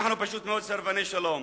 אנחנו פשוט מאוד סרבני שלום.